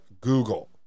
Google